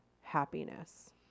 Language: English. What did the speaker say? happiness